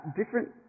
different